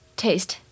taste